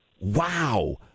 wow